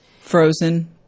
frozen